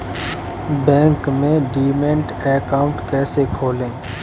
Bank में demat account कैसे खोलें?